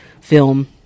film